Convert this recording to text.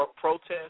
protest